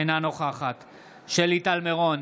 אינה נוכחת שלי טל מירון,